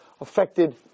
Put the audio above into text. affected